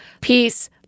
peace